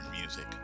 music